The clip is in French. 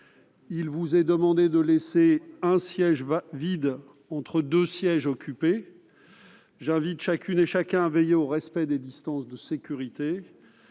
Il vous est demandé de laisser un siège vide entre deux sièges occupés. J'invite chacune et chacun à veiller au respect des distances de sécurité.